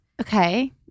Okay